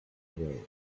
way